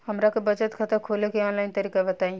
हमरा के बचत खाता खोले के आन लाइन तरीका बताईं?